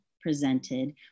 presented